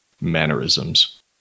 mannerisms